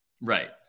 Right